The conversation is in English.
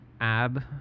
ab